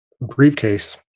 briefcase